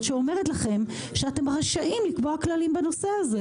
שאומרת לכם שאתם רשאים לקבוע כללים בנושא הזה?